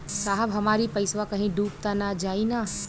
साहब हमार इ पइसवा कहि डूब त ना जाई न?